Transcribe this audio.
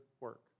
work